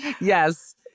yes